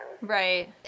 Right